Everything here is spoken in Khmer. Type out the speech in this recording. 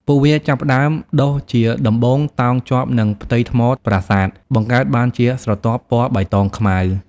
ពួកវាចាប់ផ្ដើមដុះជាដំបូងតោងជាប់នឹងផ្ទៃថ្មប្រាសាទ បង្កើតបានជាស្រទាប់ពណ៌បៃតងខ្មៅ។